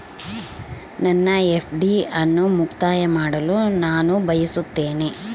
ನನ್ನ ಎಫ್.ಡಿ ಅನ್ನು ಮುಕ್ತಾಯ ಮಾಡಲು ನಾನು ಬಯಸುತ್ತೇನೆ